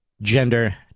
gender